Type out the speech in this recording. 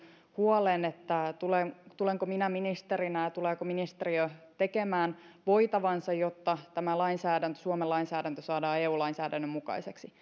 huoleen siitä tulenko minä ministerinä ja tuleeko ministeriö tekemään voitavansa jotta suomen lainsäädäntö saadaan eu lainsäädännön mukaiseksi